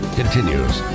continues